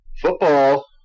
Football